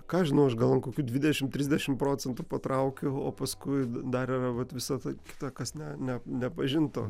ką aš žinau aš gal ant kokių dvidešimt trisdešimt procentų patraukiu o paskui dar yra vat visa ta kita kas ne ne nepažinto